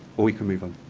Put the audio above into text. or we could move on.